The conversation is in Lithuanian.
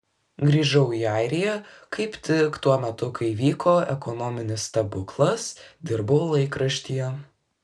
grįžau į airiją kaip tik tuo metu kai vyko ekonominis stebuklas dirbau laikraštyje